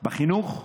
בחינוך,